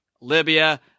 Libya